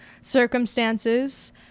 circumstances